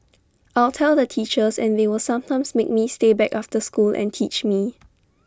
I'll tell the teachers and they will sometimes make me stay back after school and teach me